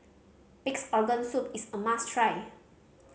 Pig's Organ Soup is a must try